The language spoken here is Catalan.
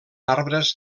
arbres